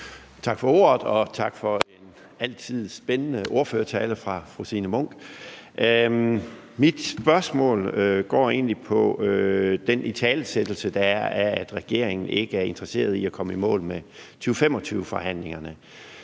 Tak for ordet, og tak for en altid spændende ordførertale fra fru Signe Munk. Mit spørgsmål går egentlig på den italesættelse, der er, af, at regeringen ikke er interesseret i at komme i mål med 2025-forhandlingerne.